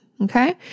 okay